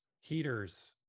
heaters